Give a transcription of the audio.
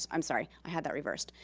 i'm sorry, i had that reversed.